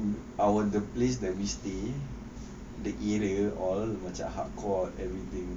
our the place that we stay the area all macam hardcore everything